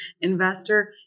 investor